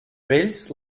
vells